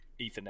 Ethernet